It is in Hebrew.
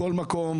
מכל מקום,